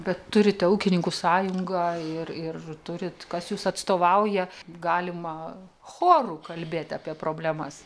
bet turite ūkininkų sąjungą ir ir turit kas jus atstovauja galima choru kalbėt apie problemas